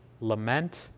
lament